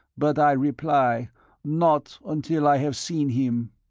but i reply not until i have seen him.